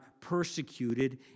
persecuted